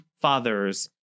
fathers